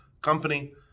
company